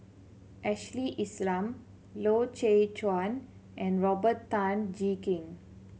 Ashley Isham Loy Chye Chuan and Robert Tan Jee Keng